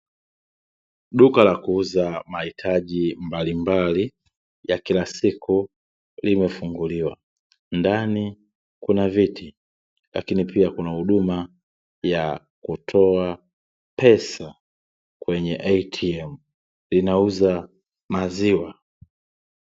Duka la kuuza mahitaji mbalimbali ya kila siku, limefunguliwa. Ndani kuna viti, lakini pia kuna huduma ya kutoa pesa, kwenye "atm" linauza maziwa.